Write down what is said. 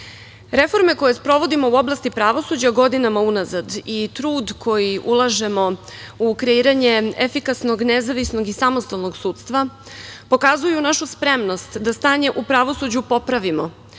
život. Reforme koje sprovodimo u oblasti pravosuđa godinama unazad i trud koji ulažemo u kreiranje efikasnog, nezavisnost i samostalnog sudstva pokazuju našu spremnost da stanje u pravosuđu popravimo